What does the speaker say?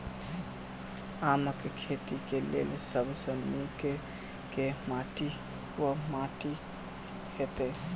आमक खेती केँ लेल सब सऽ नीक केँ माटि वा माटि हेतै?